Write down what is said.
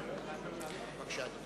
בבקשה, אדוני.